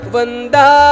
Vanda